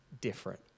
different